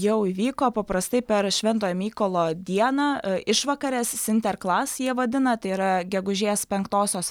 jau įvyko paprastai per švento mykolo dieną išvakarės sinterklas jie vadina tai yra gegužės penktosios